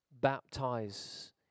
baptize